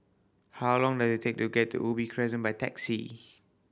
how long does it take to get to Ubi Crescent by taxi